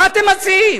מה אתם מציעים?